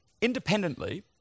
Independently